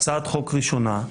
ראשונה,